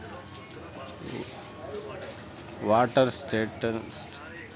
water chestnut అనేది ఆగ్నేయాసియా, Africa, Australia హిందూ మహాసముద్ర దీవులకు చెందిన గడ్డి లాంటి మొక్క